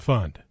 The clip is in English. Fund